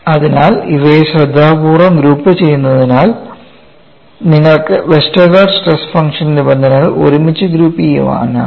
അതിനാൽ ഇവയെ ശ്രദ്ധാപൂർവ്വം ഗ്രൂപ്പുചെയ്തതിനാൽ നിങ്ങൾക്ക് വെസ്റ്റർഗാർഡ് സ്ട്രെസ് ഫംഗ്ഷൻ നിബന്ധനകൾ ഒരുമിച്ച് ഗ്രൂപ്പുചെയ്യാനാകും